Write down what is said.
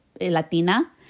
Latina